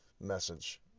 message